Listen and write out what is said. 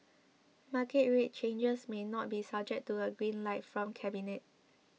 market rate changes may not be subject to a green light from cabinet